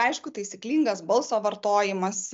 aišku taisyklingas balso vartojimas